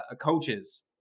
coaches